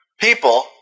people